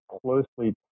closely